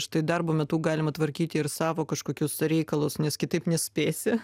štai darbo metu galima tvarkyti ir savo kažkokius reikalus nes kitaip nespėsi